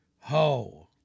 ho